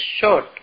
short